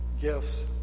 gifts